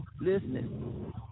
Listening